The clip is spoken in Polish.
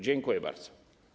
Dziękuję bardzo.